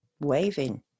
waving